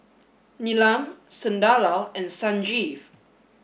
Neelam Sunderlal and Sanjeev